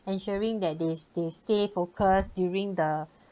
ensuring that they s~ they stay focused during the